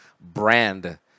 brand